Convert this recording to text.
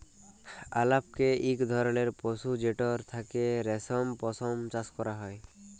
আলাপকে ইক ধরলের পশু যেটর থ্যাকে রেশম, পশম চাষ ক্যরা হ্যয়